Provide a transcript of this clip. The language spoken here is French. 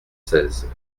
seize